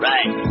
Right